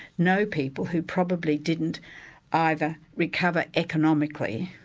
know people who probably didn't either recover economically,